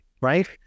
right